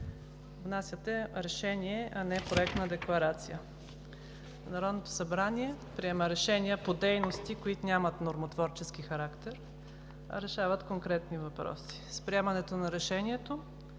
Внасяте Решение, а не Проект на декларация. Народното събрание приема решение по дейности, които нямат нормотворчески характер, а решават конкретни въпроси. С приемането на решението